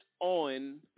on